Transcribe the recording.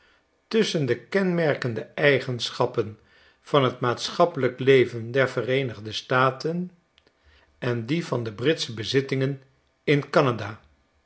tusschen de kenmerkende eigenschappen van t maatschappelijkeleven der vereenigde staten en die van de britsche bezittingen in canada